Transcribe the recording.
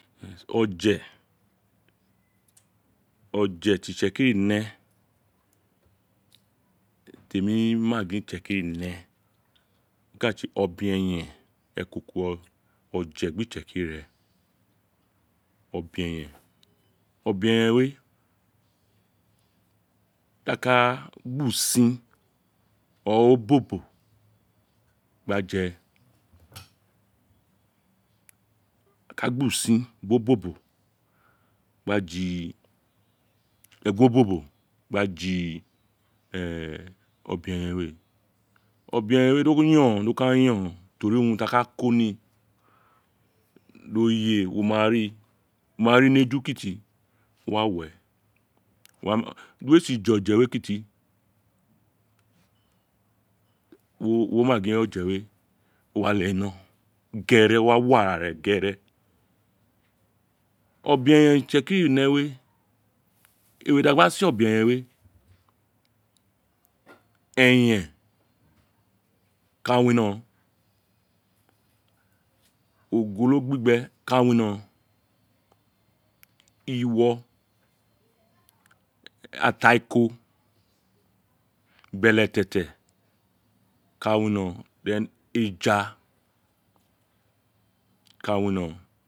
Oje oje ti itsekiri ne temi ina gin temi ma gin itsekiri ne ka tsi obeyen ekoko oje gbi itsekiri ren obe yen obeyen we da ka gbi usin o obobo je a ka gba usin owun bi obobo gba ji oguobobu gba ji ee obeyen we obeyen we di o yon dro ka yon reen o to ri urun ti a ka ko ni o ye wo ma rii wo ma vii ni eju kiti owa wu ee wo wa ma du uwe ee si je oje we kiti wo ma gin oje we o wa lee uwo ino gere o wa wo arare gere obeyen ti itsekiri ne we ere ti a gbe se obeyen we eyen ka wino ogogo gbibe ka wino atiako beletete ka wino bi ee eja ka wino